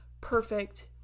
perfect